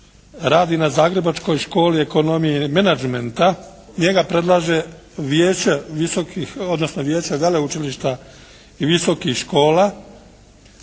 Radi na zagrebačkoj Školi ekonomije i menadžmenta. Njega predlaže vijeće visokih odnosno vijeće veleučilišta i visokih škola.